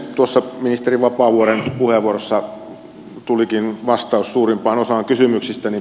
tuossa ministeri vapaavuoren puheenvuorossa tulikin vastaus suurimpaan osaan kysymyksistäni